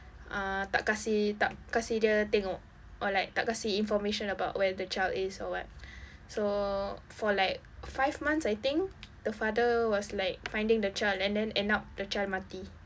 mm tak kasih tak kasih dia tengok or like tak kasih information about where the child is or what so for like five months I think the father was like finding the child and then end up the child mati